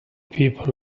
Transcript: people